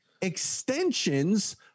extensions